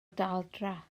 daldra